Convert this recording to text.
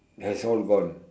has all gone